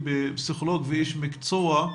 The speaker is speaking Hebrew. פסיכולוג ואיש מקצוע,